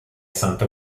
santa